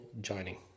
joining